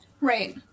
Right